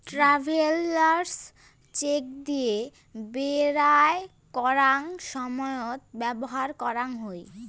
travellers cheque দিয়ে বেরায় করাঙ সময়ত ব্যবহার করাং হই